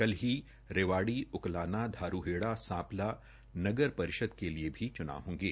कल ही रेवाड़ी डकलाना धारूहेड़ा सांपला नगर परिषद के चुनाव होंगे